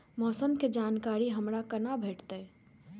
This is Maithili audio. मौसम के जानकारी हमरा केना भेटैत?